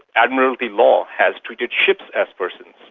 admiralty law has treated ships as persons.